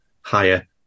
higher